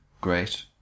great